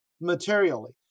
materially